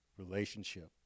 relationship